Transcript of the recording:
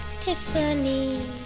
Tiffany